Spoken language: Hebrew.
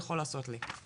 יכול לעשות לי.